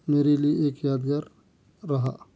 میرے لئے ایک یادگار رہا